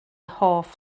hoff